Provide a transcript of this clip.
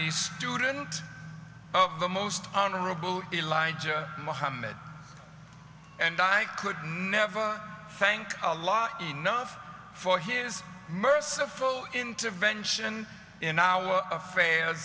a student of the most honorable elijah mohammed and i could never thank a large enough for his merciful intervention in our affairs